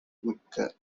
மிக்க